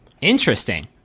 Interesting